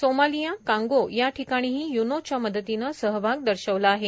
Somalia Congo या ठिकाणीही य्नोच्या मदतीने सहभाग दर्शविला आहे